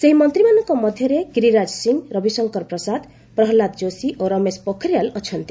ସେହି ମନ୍ତ୍ରୀମାନଙ୍କ ମଧ୍ୟରେ ଗିରିରାଜ ସିଂ ରବିଶଙ୍କର ପ୍ରସାଦ ପ୍ରହଲାଦ ଯୋଶୀ ଓ ରମେଶ ପୋଖରିଆଲ ଅଛନ୍ତି